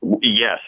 Yes